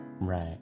right